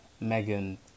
Megan